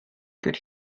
could